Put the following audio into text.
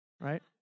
right